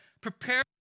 prepare